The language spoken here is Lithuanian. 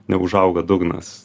neužauga dugnas